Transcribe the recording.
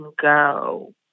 go